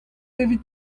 evit